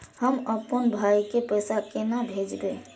हम आपन भाई के पैसा केना भेजबे?